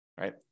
right